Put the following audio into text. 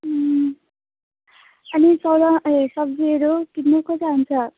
उम् अनि तर ए सब्जीहरू किन्नु को जान्छ